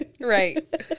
Right